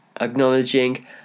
acknowledging